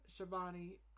Shabani